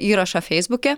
įrašo feisbuke